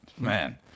Man